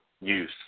use